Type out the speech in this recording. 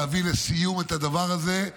להביא לסיום את הדבר הזה,